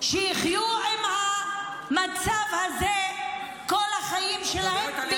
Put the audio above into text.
שיחיו עם המצב הזה כל החיים שלהם,